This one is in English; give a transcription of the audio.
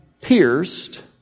pierced